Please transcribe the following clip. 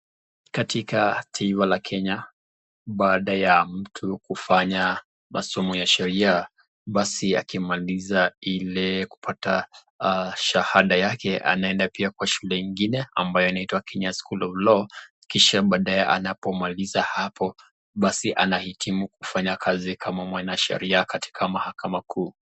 Katika taifa la Kenya, baada ya mtu kufanya masomo ya sheria, basi akimaliza ile kupata shahada yake, anaenda pia kwa shule ingine ambayo inaitwa, Kenya School of Law , kisha baadae anapomaliza hapo, basi anahitimu kufanya kazi kama mwanasheria katika mahakama kuu.